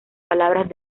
palabras